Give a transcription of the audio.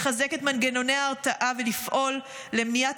לחזק את מנגנוני ההרתעה ולפעול למניעת